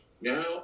now